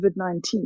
COVID-19